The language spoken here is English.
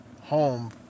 home